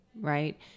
right